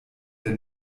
der